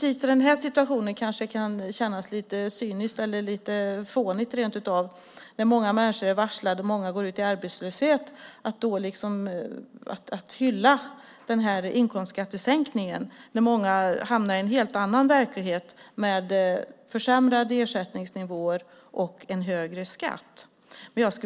I en situation när många är varslade och går ut i arbetslöshet kan det kännas lite cyniskt eller rent av fånigt att hylla denna inkomstskattesänkning. Många hamnar nu i en annan verklighet med försämrade ersättningsnivåer och en högre skatt.